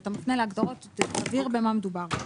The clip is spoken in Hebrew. כשאתה מפנה להגדרות תבהיר במה מדובר.